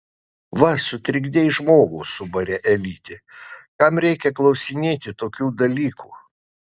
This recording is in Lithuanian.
va sutrikdei žmogų subarė elytė kam reikia klausinėti tokių dalykų